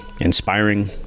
inspiring